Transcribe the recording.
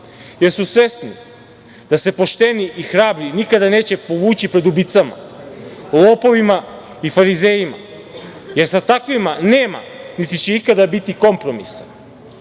jer su svesni da se pošteni i hrabri nikada neće povući pred ubicama, lopovima i farizejima, jer sa takvima nema, niti će ikada biti kompromisa. Neće